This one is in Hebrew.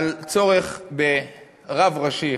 על צורך ברב ראשי אחד,